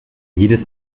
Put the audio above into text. jedes